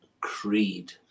Creed